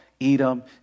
Edom